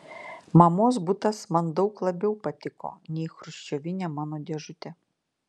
mamos butas man daug labiau patiko nei chruščiovinė mano dėžutė